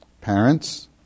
parents